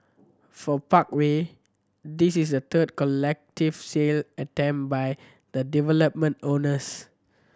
for Parkway this is the third collective sale attempt by the development owners